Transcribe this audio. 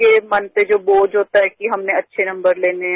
ये मन पर जो बोझ होता है कि हमने अच्छे नंबर लेने है